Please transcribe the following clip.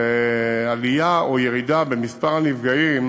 ועלייה או ירידה במספר הנפגעים